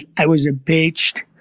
i was impeached.